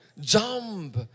Jump